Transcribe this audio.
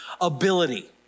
ability